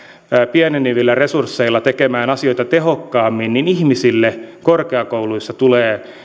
pienenevillä resursseilla tehdä asioita tehokkaammin niin ihmisille korkeakouluissa tulee